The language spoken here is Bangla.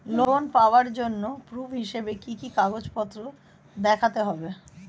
লোন পাওয়ার জন্য প্রুফ হিসেবে কি কি কাগজপত্র দেখাতে হবে?